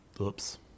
oops